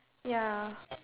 ya